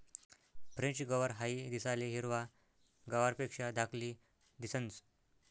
French गवार हाई दिसाले हिरवा गवारपेक्षा धाकली दिसंस